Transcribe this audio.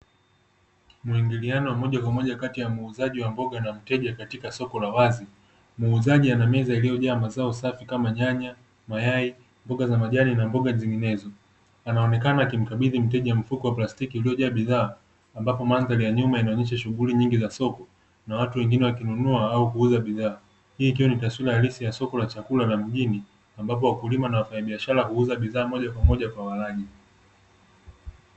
Mwingiliano wa moja kwa moja kati ya muuzaji wa mboga na mteja katika soko la wazi muuzaji ana meza ilioyojaa mazao safi kama nyanya, mayai, mboga za majani na mboga zinginezo. Anaonekana akimkabidhi mteja mfuko wa plastiki uliojaa bidhaa, ambapo mandhari ya nyuma inaonyesha shughuli nyingi za soko na watu wengine wakinunua au kuuza bidhaa, hii ikiwa ni taswira halisi ya soko la chakula la mjini ambapo wafanya biashara huuza bidhaa moja kwa moja kwa walaji.